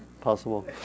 possible